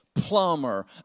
plumber